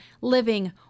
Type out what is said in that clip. living